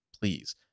Please